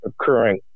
occurring